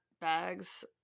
bags